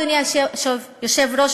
אדוני היושב-ראש,